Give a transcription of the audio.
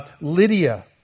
Lydia